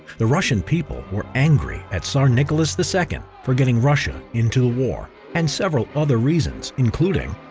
the russian people were angry at tsar nicholas the second for getting russia into war and several other reasons including,